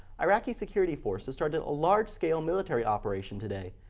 iraqi security forces started a large-scale military operation today.